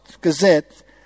Gazette